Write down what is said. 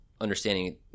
understanding